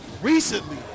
Recently